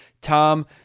tom